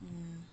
mm